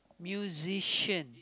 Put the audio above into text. musician